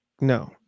No